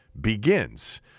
begins